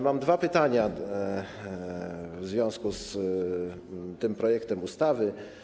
Mam dwa pytania w związku z tym projektem ustawy.